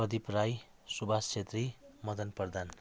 Pradeep Rai Subhash Chhetri Madan Pradhan